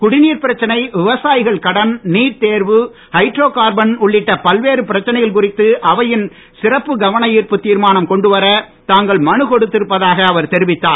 குடிநீர் பிரச்சனை விவசாயிகள் கடன் நீட் தேர்வு ஹைட்ரோ கார்பன் உள்ளிட்ட பல்வேறு பிரச்சனைகள் குறித்து அவையில் சிறப்பு கவன ஈர்ப்பு தீர்மானம் கொண்டுவர தாங்கள் மனு கொடுத்திருப்பதாக அவர் தெரிவித்தார்